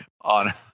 on